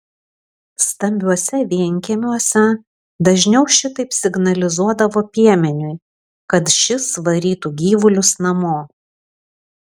stambiuose vienkiemiuose dažniau šitaip signalizuodavo piemeniui kad šis varytų gyvulius namo